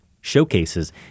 showcases